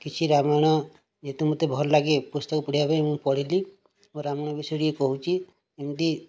କିଛି ରାମାୟଣ ଯେତେ ମୋତେ ଭଲ ଲାଗେ ପୁସ୍ତକ ପଢ଼ିବା ପାଇଁ ମୁଁ ପଢ଼ିଲି ମୁଁ ରାମାୟଣ ବିଷୟରେ ବି କହୁଛି ଏମିତି